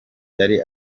yari